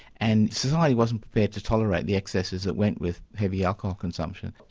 and society wasn't prepared to tolerate the excesses that went with heavy alcohol consumption.